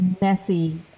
messy